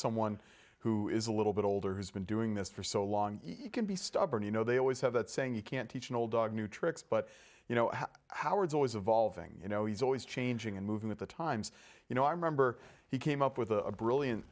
someone who is a little bit older who's been doing this for so long you can be stubborn you know they always have that saying you can't teach an old dog new tricks but you know howard's always evolving you know he's always changing and movement the times you know i remember he came up with a brilliant